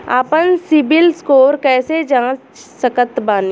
आपन सीबील स्कोर कैसे जांच सकत बानी?